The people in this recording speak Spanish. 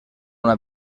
una